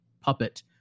puppet